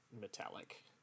metallic